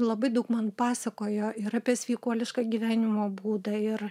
labai daug man pasakojo ir apie sveikuolišką gyvenimo būdą ir